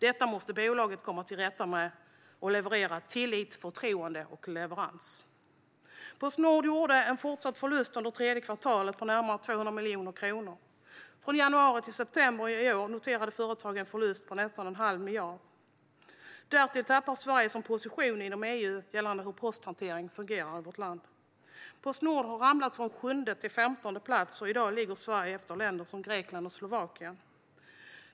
Detta måste bolaget komma till rätta med, så att det uppnår tillit och förtroende och kan utföra leveranser. Postnord gjorde en förlust under tredje kvartalet på närmare 200 miljoner kronor. Från januari till september i år noterade företaget en förlust på nästan en halv miljard. Därtill tappar Sverige sin position inom EU genom hur posthanteringen fungerar i landet. Postnord har ramlat från sjunde till femtonde plats, och i dag ligger Sverige efter länder som Grekland och Slovakien.